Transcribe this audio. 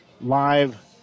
live